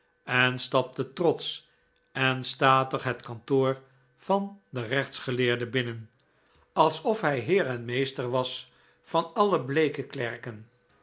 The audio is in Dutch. en stapte trotsch en statig het kantoor van den rechtsgeleerde binnen alsof hij heer en meester was van alle bleeke klerken